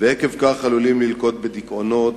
ועקב כך עלולים ללקות בדיכאונות,